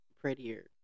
prettier